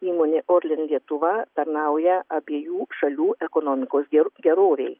įmonė orlen lietuva tarnauja abiejų šalių ekonomikos ger gerovei